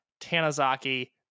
Tanazaki